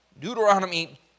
Deuteronomy